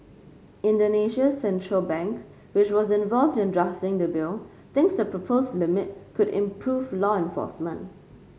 Indonesia's central bank which was involved in drafting the bill thinks the proposed limit could improve law enforcement